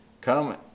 Come